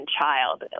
child